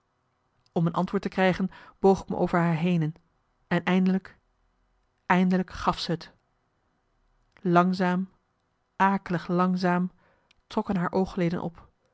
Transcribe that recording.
om een antwoord te krijgen boog ik me over haar henen en eindelijk eindelijk gaf ze t langzaam akelig langzaam trokken haar oogleden op